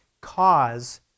cause